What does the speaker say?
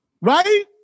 Right